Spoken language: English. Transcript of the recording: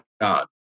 God